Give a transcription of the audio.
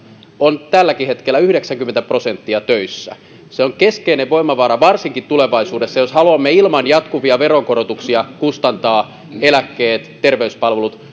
on tälläkin hetkellä yhdeksänkymmentä prosenttia töissä se on keskeinen voimavara varsinkin tulevaisuudessa jos haluamme ilman jatkuvia veronkorotuksia kustantaa eläkkeet terveyspalvelut